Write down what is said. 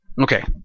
Okay